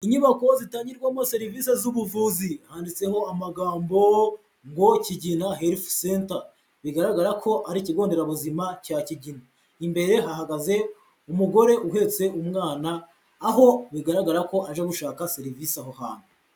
Inyubako zitangirwamo serivise z'ubuvuzi handitseho amagambo ngo Kigina Health Center, bigaragara ko ari ikigo nderabuzima cya Kigina, imbere hahagaze umugore uhetse umwana aho bigaragara ko aje gushaka serivise aho hantu.